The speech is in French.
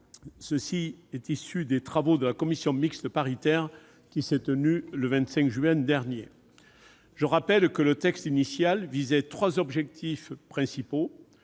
biodiversité, issu des travaux de la commission mixte paritaire qui s'est tenue le 25 juin dernier. Je rappelle que le texte initial visait trois objectifs principaux